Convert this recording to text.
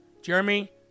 Jeremy